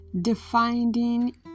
defining